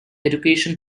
education